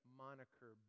moniker